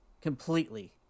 Completely